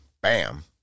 Bam